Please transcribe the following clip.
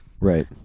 Right